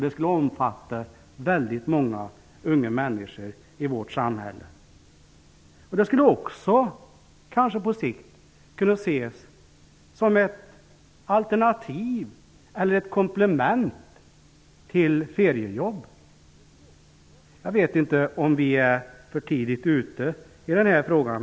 Den skulle omfatta många unga människor i vårt samhälle. Den skulle kanske också på sikt kunna ses som ett alternativ eller ett komplement till feriejobb. Jag vet inte om vi är för tidigt ute i den här frågan.